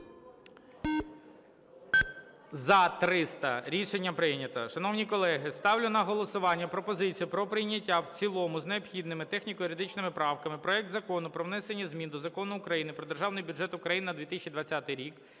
За-300 Рішення прийнято. Шановні колеги, ставлю на голосування пропозицію про прийняття в цілому з необхідними техніко-юридичними правками проект Закону про внесення змін до Закону України "Про Державний бюджет України на 2020 рік"